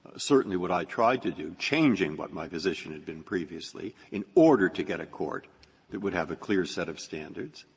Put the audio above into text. certainly what i tried to do, changing what my position had been previously, in order to get a court that would have a clear set of standards,